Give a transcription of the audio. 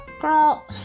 girl